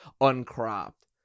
uncropped